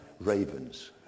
Ravens